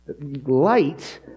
Light